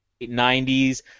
90s